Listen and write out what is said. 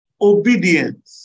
obedience